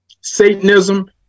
Satanism